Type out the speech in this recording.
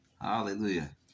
Hallelujah